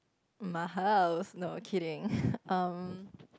my house not kidding